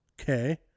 Okay